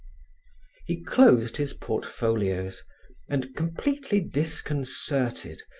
he closed his portfolios and, completely disconcerted,